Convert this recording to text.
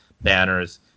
banners